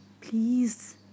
please